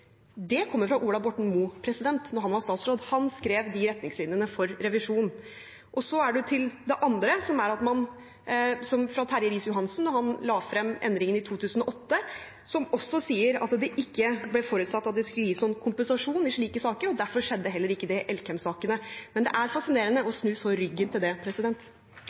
kommer fra Ola Borten Moe, da han var statsråd. Han skrev de retningslinjene for revisjon. Det andre er at det var Terje Riis-Johansen som la frem endringene i 2008 som sier at det ikke ble forutsatt at det skulle gis noen kompensasjon i slike saker, og derfor skjedde heller ikke det i Elkem-sakene. Det er fascinerende å snu ryggen så til det.